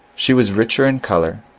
she was richer in colour,